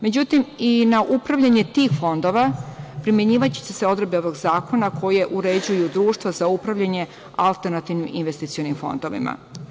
Međutim, i na upravljanje tih fondova primenjivaće se odredbe ovog zakona koje uređuju društva za upravljanje alternativnim investicionim fondovima.